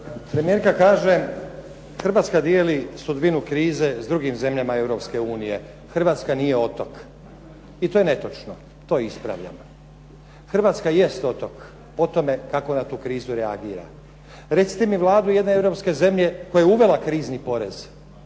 Premijerka kaže Hrvatska dijeli sudbinu krize s drugim zemljama Europske unije, Hrvatska nije otok i to je netočno, to ispravljam. Hrvatska jest otok po tome kako na tu krizu reagira. Recite mi vladu jedne europske zemlje koja je uvela krizni porez,